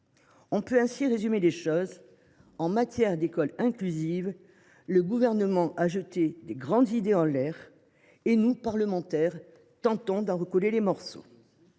On peut ainsi résumer les choses : en matière d’école inclusive, le Gouvernement a lancé de grandes idées en l’air, et nous, parlementaires, devons recoller les morceaux